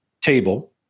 table